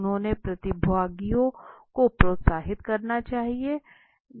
उन्होंने प्रतिभागियों को प्रोत्साहित करना चाहिए